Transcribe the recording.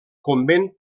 convent